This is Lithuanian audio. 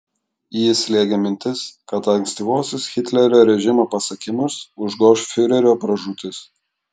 jį slėgė mintis kad ankstyvuosius hitlerio režimo pasiekimus užgoš fiurerio pražūtis